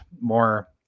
more